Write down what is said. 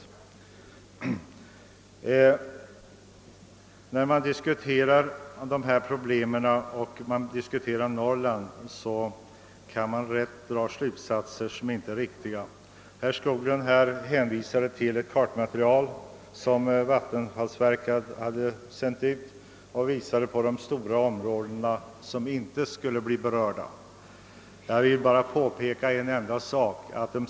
När man diskuterar norrlandsproblemen kan man lätt dra felaktiga slutsatser. Herr Skoglund hänvisade till ett kartmaterial som vattenfallsverket sänt ut vilket visade de stora områden som inte skulle bli berörda.